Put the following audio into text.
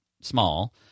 small